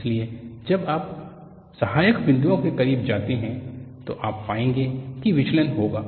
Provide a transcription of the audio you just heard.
इसलिए जब आप सहायक बिंदुओं के करीब जाते हैं तो आप पाएंगे की विचलन होगा